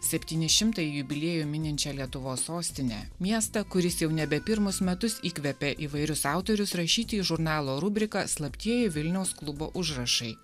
septyni šimtąjį jubiliejų mininčią lietuvos sostinę miestą kuris jau nebe pirmus metus įkvepia įvairius autorius rašyti į žurnalo rubrika slaptieji vilniaus klubo užrašai